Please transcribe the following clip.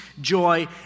joy